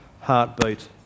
heartbeat